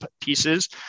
pieces